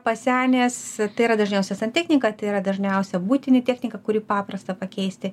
pasenęs tai yra dažniausia santechnika tai yra dažniausia buitinė technika kuri paprasta pakeisti